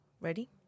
Ready